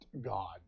God